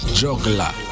juggler